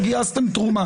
גינית את רוצחי משפחת